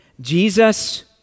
Jesus